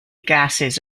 gases